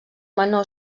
menor